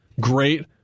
Great